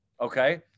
Okay